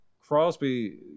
Crosby